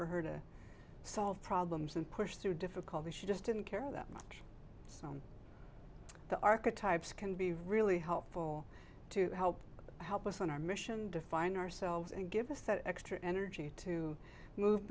for her to solve problems and push through difficulty she just didn't care that much the archetypes can be really helpful to help help us on our mission define ourselves and give us that extra energy to move